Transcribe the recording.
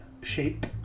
shape